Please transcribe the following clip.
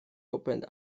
opened